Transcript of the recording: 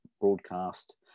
broadcast